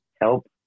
help